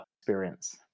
experience